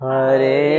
Hare